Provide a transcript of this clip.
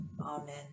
Amen